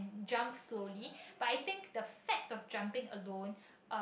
jump slowly but I think the facts of jumping alone um